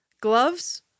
Gloves